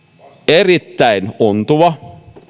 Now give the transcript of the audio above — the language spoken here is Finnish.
erittäin ontuvaa